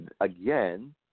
Again